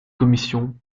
commission